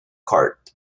court